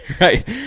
Right